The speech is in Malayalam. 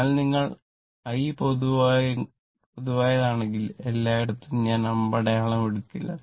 അതിനാൽ നിങ്ങൾ i പൊതുവായതാണെങ്കിൽ എല്ലായിടത്തും ഞാൻ അമ്പടയാളം എടുക്കില്ല